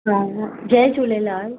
दादा जय झूलेलाल